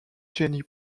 jenny